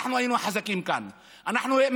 תודה רבה, אדוני.